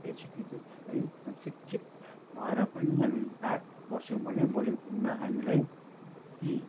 educated है शिक्षित भएर पनि हामी ब्याक बस्यौँ भने भोलिको दिनमा हामीलाई ती